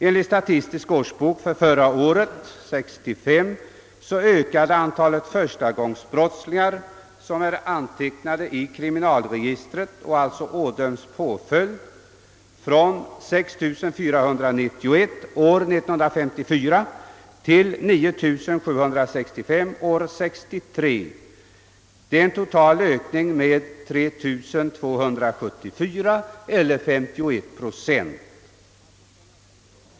Enligt Statistisk årsbok 1965 ökade antalet förstagångsbrottslingar, antecknade i kriminalregistret och ådömda påföljd, från 6491 år 1954 till 9765 år 1963. Det är en total ökning med 3 274 eller 51 procent.